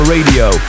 Radio